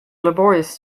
laborious